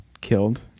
killed